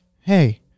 hey